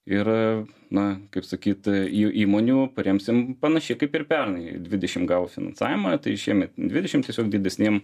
ir na kaip sakyt jau įmonių paremsim panašiai kaip ir pernai dvidešim gavo finansavimą tai šiemet dvidešim tiesiog didesnėm